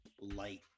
light